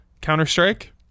Counter-Strike